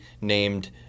named